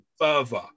further